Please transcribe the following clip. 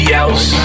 else